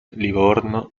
livorno